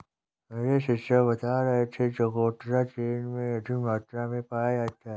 मेरे शिक्षक बता रहे थे कि चकोतरा चीन में अधिक मात्रा में पाया जाता है